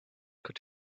could